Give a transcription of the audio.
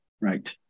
right